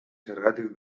zergatik